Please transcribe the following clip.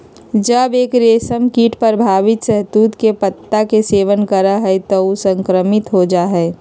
जब एक रेशमकीट प्रभावित शहतूत के पत्ता के सेवन करा हई त ऊ संक्रमित हो जा हई